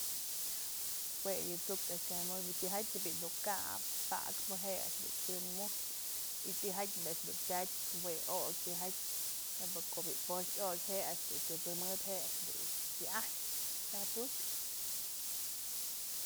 Jue yë t'su'uktë a'ax kyamukyë tyjatyë bi'i tu'u kap pakpëje'e a'ax dun chyëmujpyë y tyjatyë bi'i a'ax dun pyatypë jue okyë tijaty nebyë ko'o bi'i poxpë iokë je'e a'ax dun kyusëmëp je'e a'ax dun wyajpë kyap ikpyë.